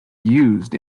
used